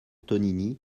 tonini